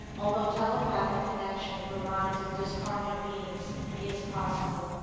although telepathic connection from minds of disincarnate beings is possible.